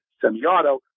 semi-auto